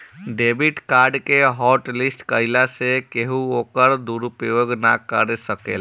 debit card के हॉटलिस्ट कईला से केहू ओकर दुरूपयोग ना कर सकेला